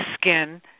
skin